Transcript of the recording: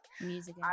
Music